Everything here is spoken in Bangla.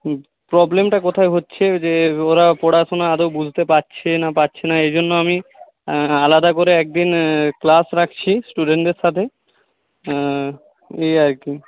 প্রবলেমটা কোথায় হচ্ছে যে ওরা পড়াশোনা আদৌ বুঝতে পারছে না পারছে না এই জন্য আমি আলাদা করে একদিন ক্লাস রাখছি স্টুডেন্টদের সাথে ওই আর কি